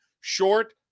Short